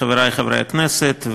חברי חברי הכנסת,